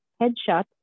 headshot